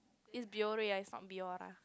it's Biore I thought Biora